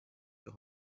der